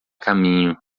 caminho